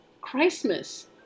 Christmas